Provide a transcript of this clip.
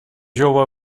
jove